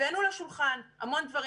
הבאנו לשולחן המון דברים.